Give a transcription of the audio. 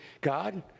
God